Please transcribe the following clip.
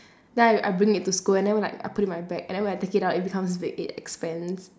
then I I bring it to school and then like I put it in my bag and then when I take it out it becomes big it expands